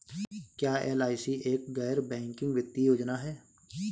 क्या एल.आई.सी एक गैर बैंकिंग वित्तीय योजना है?